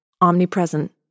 omnipresent